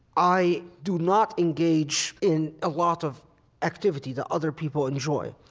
i do not engage in a lot of activity that other people enjoy.